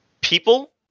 people